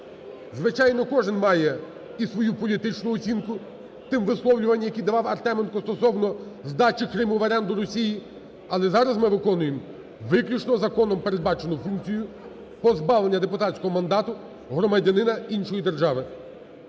Звичайно, кожен має і свою політичну оцінку тим висловлюванням, які давав Артеменко стосовно здачі Криму в оренду Росії, але зараз ми виконуємо виключно законом передбачену функцію позбавлення депутатського мандату громадянина іншої держави.